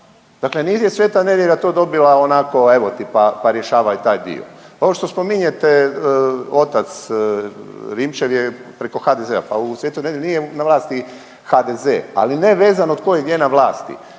Dakle nije Sveta Nedjelja to dobila onako, evo ti pa rješavaj taj dio. Ovo što spominjete, otac Rimčev je preko HDZ-a, pa u Svetoj Nedelji nije na vlasti HDZ, ali nevezano tko je gdje na vlasti